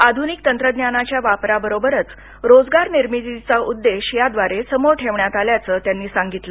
आधुनिक तंत्रज्ञानाच्या वापराबरोबरच रोजगार निर्मितीचा उद्देश याद्वारे समोर ठेवण्यात आल्याचं त्यांनी सांगितलं